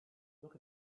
look